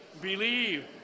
believe